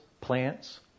plants